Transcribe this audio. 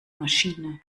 maschine